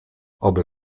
oby